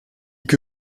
que